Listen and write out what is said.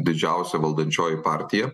didžiausia valdančioji partija